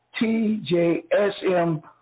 TJSM